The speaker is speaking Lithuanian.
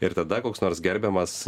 ir tada koks nors gerbiamas